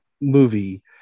movie